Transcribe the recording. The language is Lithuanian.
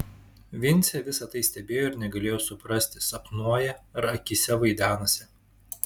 vincė visa tai stebėjo ir negalėjo suprasti sapnuoja ar akyse vaidenasi